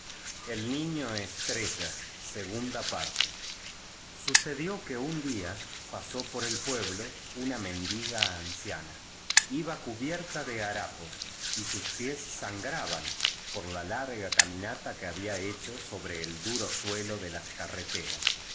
sucedió que un día pasó por el pueblo una mendiga ancia na iba cubierta de harapos y sus pies sangraban por la lar ga caminata que había hecho sobre el duro suelo de las